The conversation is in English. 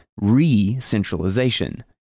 re-centralization